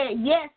yes